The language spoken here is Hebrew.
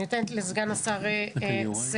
אני נותנת לסגן השר סגלוביץ'.